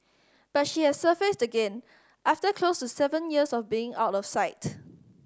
but she has surfaced again after close to seven years of being out of sight